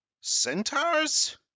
centaurs